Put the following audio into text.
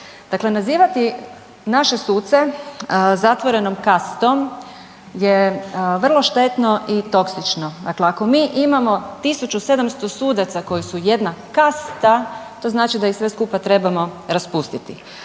Dakle, nazivati naše suce zatvorenom kastom je vrlo štetno i toksično. Dakle, ako mi imamo 1700 sudaca koji su jedna kasta to znači da ih sve skupa trebamo raspustiti.